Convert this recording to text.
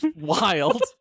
wild